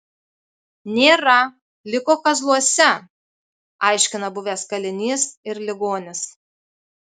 nėra liko kazluose aiškina buvęs kalinys ir ligonis